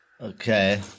Okay